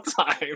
time